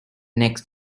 next